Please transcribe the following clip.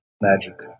magic